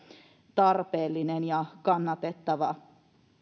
tarpeellinen ja kannatettava